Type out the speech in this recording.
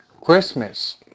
Christmas